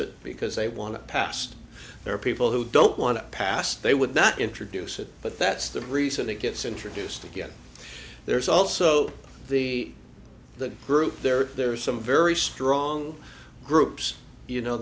it because they want to passed there are people who don't want to pass they would not introduce it but that's the reason it gets introduced again there's also the the group there there are some very strong groups you know